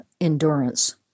endurance